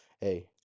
hey